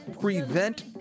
prevent